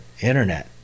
internet